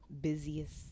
busiest